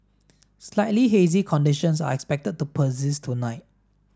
slightly hazy conditions are expected to persist tonight